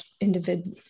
individual